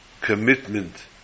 commitment